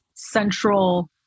central